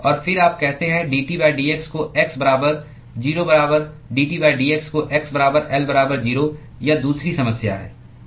और फिर आप कहते हैं dTdx को x बराबर 0 बराबर dT dx को x बराबर L बराबर 0 यह दूसरी समस्या है